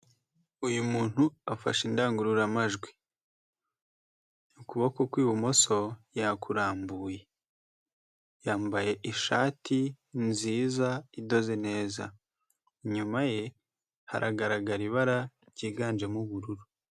Uyu muntu afashe indangururamajwi. Ukuboko kw'ibumoso yakurambuye. Yambaye ishati nziza idoze neza. Inyuma ye haragaragara ibara ryiganjemo ubururu.